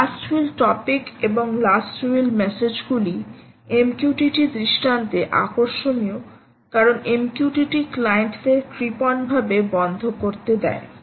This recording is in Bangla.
লাস্ট উইল টপিক এবং লাস্ট উইল ম্যাসেজগুলি MQTT দৃষ্টান্তে আকর্ষণীয় কারণ MQTT ক্লায়েন্টদের কৃপণভাবে বন্ধ করতে দেয়